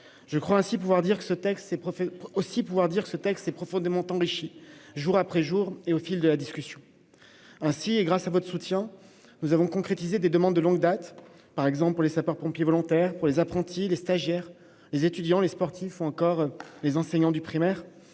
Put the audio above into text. Je pense aussi pouvoir dire que ce texte a été profondément enrichi jour après jour, au fil de nos discussions. Ainsi, grâce à votre soutien, nous avons concrétisé des demandes formulées de longue date, par exemple pour les sapeurs-pompiers volontaires, les apprentis, les stagiaires, les étudiants, les sportifs ou encore les enseignants du primaire.